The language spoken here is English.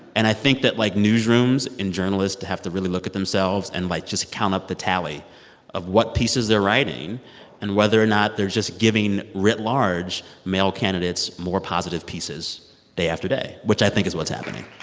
and i think that, like, newsrooms and journalists have to really look at themselves and, like, just count up the tally of what pieces they're writing and whether or not they're just giving, writ large, male candidates more positive pieces day after day, which i think is what's happening